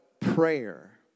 prayer